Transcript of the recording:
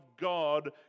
God